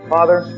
Father